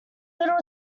little